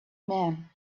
man